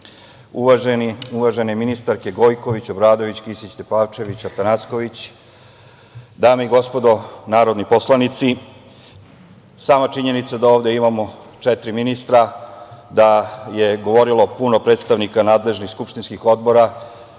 uvažene ministarke Gojković, Obradović, Kisić Tepavčević, Atanasković, dame i gospodo narodni poslanici, sama činjenica da ovde imamo četiri ministra, da je govorilo puno predstavnika nadležnih skupštinskih odbora